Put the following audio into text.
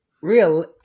real